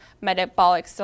metabolic